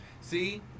See